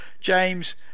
James